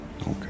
Okay